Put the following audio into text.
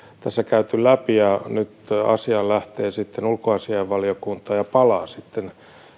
tässä käyty läpi nyt asia lähtee sitten ulkoasiainvaliokuntaan ja palaa sitten